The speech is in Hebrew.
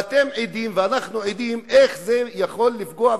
ואתם עדים ואנחנו עדים איך זה יכול לפגוע,